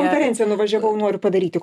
konferenciją nuvažiavau padaryti